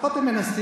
לפחות הם מנסים,